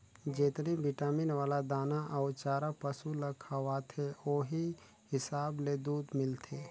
जेतनी बिटामिन वाला दाना अउ चारा पसु ल खवाथे ओहि हिसाब ले दूद मिलथे